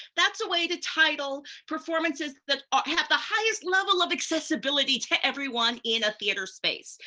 that's a way to title performances that have the highest level of accessibility to everyone in a theater space.